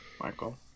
Michael